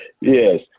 Yes